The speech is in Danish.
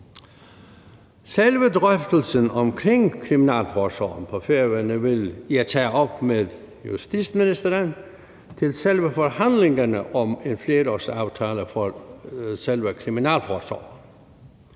Selve drøftelsen om kriminalforsorgen på Færøerne vil jeg tage op med justitsministeren til selve forhandlingerne om en flerårsaftale for kriminalforsorgen.